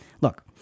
look